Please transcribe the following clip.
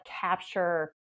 capture